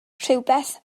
rhywbeth